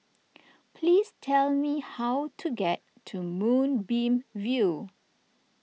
please tell me how to get to Moonbeam View